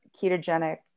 ketogenic